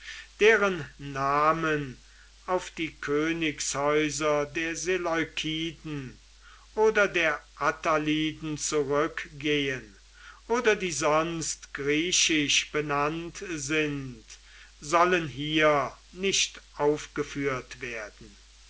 deren namen auf die königshäuser der seleukiden oder der attaliden zurückgehen oder die sonst griechisch benannt sind sollen hier nicht aufgeführt werden